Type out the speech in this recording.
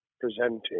presenting